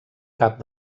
cap